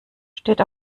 steht